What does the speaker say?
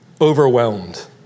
overwhelmed